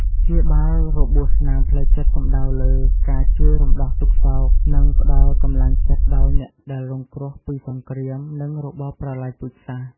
ព្យាបាលរបួសស្នាមផ្លូវចិត្តសំដៅលើការ ជួយរំដោះទុក្ខសោក និងផ្តល់កម្លាំងចិត្តដល់អ្នកដែលរងគ្រោះពីសង្គ្រាម និងរបបប្រល័យពូជសាសន៍។